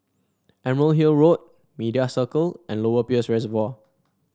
Emerald Hill Road Media Circle and Lower Peirce Reservoir